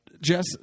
Jess